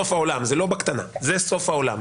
זה לא בקטנה, זה סוף העולם.